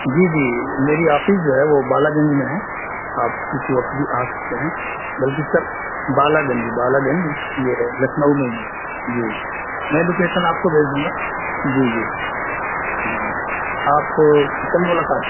جی جی میری آفس جو ہے وہ بالا گنج میں ہے آپ کسی وقت بھی آ سکتے ہیں بلکہ کل بالا گنج ہے بالا گنج یہ لکھنؤ میں ہی ہے جی میں لوکیشن آپ کو بھیج دوں گا جی جی ہاں آپ کل ملاقات